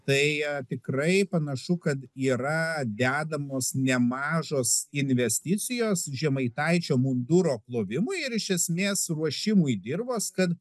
tai tikrai panašu kad yra dedamos nemažos investicijos žemaitaičio munduro plovimui ir iš esmės ruošimui dirvos kad